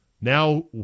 now